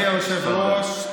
מכובדי היושב-ראש,